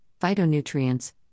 phytonutrients